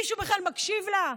מישהו בכלל מקשיב לה?